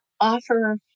offer